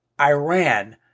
Iran